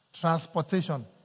transportation